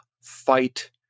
fight